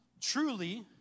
truly